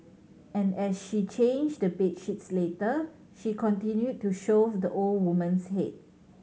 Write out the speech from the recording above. and as she changed the bed sheets later she continued to shove the old woman's head